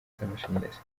z’amashanyarazi